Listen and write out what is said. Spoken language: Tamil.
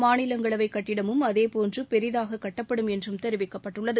மாநிலங்களவை கட்டிடமும் அதேபோன்று பெரிதாக கட்டப்படும் என்றும் அறிவிக்கப்பட்டுள்ளது